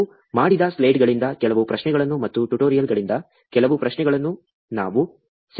ನಾವು ಮಾಡಿದ ಸ್ಲೈಡ್ಗಳಿಂದ ಕೆಲವು ಪ್ರಶ್ನೆಗಳನ್ನು ಮತ್ತು ಟ್ಯುಟೋರಿಯಲ್ಗಳಿಂದ ಕೆಲವು ಪ್ರಶ್ನೆಗಳನ್ನು ನಾವು ಸೆರೆಹಿಡಿದಿದ್ದೇವೆ